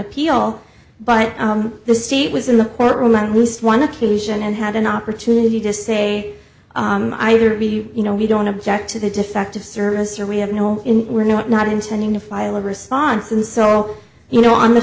appeal but the state was in the courtroom at least one occasion and had an opportunity to say either you know we don't object to the defective service or we have no home in we're not not intending to file a response and so you know on the